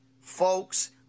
folks